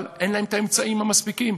אבל אין להם אמצעים מספיקים.